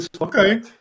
Okay